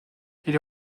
est